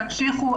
תמשיכו,